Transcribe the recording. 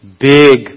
big